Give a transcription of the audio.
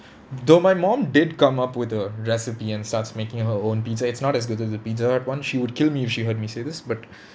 though my mom did come up with a recipe and starts making her own pizza it's not as good as the pizza hut ones she would kill me if she heard me say this but